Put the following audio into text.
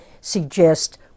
suggest